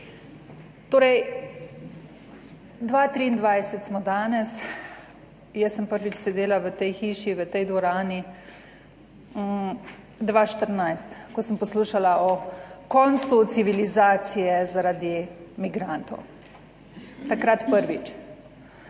Torej 2023 smo danes, jaz sem prvič sedela v tej hiši, v tej dvorani 2014, ko sem poslušala o koncu civilizacije zaradi migrantov. Takrat prvič.